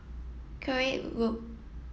Koek Road